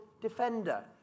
defender